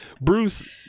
Bruce